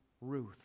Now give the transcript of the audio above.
Ruth